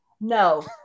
No